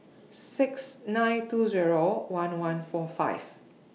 six nine two Zero one one four five